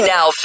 Now